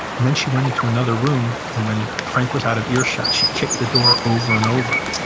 and then she went into another room and when frank was out of earshot, she kicked the door over and over,